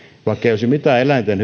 olisi mitään eläinten